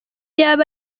yaba